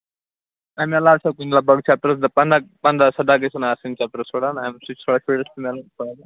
اَمہِ علاوٕ چھا کُنہِ لگ بگ چیپٹر پَنٛداہ پَنٛداہ سَداہ گژھٕنۍ آسٕنۍ چیپٹر تھوڑا نا اَمہِ سۭتۍ چھُ تھوڑا بوٗسٹ میلن تھوڑا